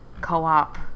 co-op